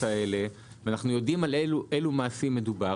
האלו ויודעים על אלה מעשים מדובר,